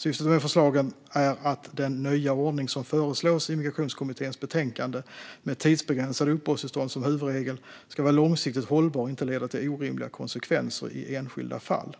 Syftet med förslagen är att den nya ordning som föreslås i Migrationskommitténs betänkande, med tidsbegränsade uppehållstillstånd som huvudregel, ska vara långsiktigt hållbar och inte leda till orimliga konsekvenser i enskilda fall.